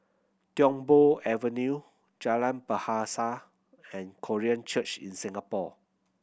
Tiong Poh Avenue Jalan Bahasa and Korean Church in Singapore